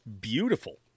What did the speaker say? beautiful